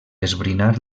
esbrinar